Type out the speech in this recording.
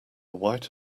white